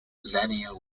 lanier